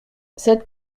cette